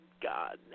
God